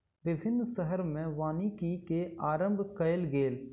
विभिन्न शहर में वानिकी के आरम्भ कयल गेल